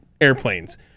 airplanes